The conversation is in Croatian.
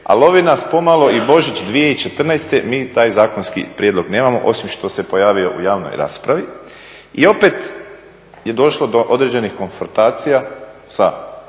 lovi nas pomalo i Božić 2014., mi taj zakonski prijedlog nemamo osim što se pojavio u javnoj raspravi. I opet je došlo do određenih …/Govornik se